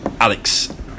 Alex